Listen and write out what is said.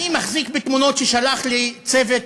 אני מחזיק בתמונות ששלח לי צוות